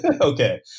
okay